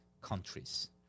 countries